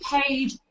paid